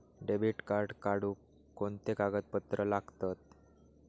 Debit card काढुक कोणते कागदपत्र लागतत?